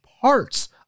parts